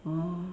oh